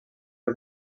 del